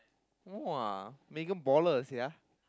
!wah! Megan baller sia